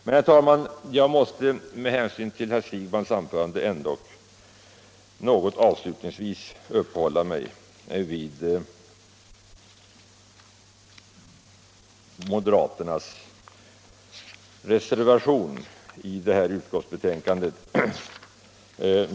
Jag måste avslutningsvis med hänsyn till herr Siegbahns anförande något uppehålla mig vid moderaternas reservation nr 3.